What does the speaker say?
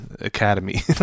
academy